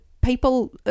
people